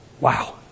Wow